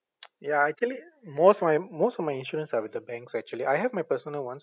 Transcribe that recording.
ya actually most of my most of my insurance are with the banks actually I have my personal ones